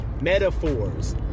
metaphors